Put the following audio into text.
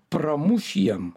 pramuš jiem